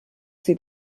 sie